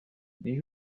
nii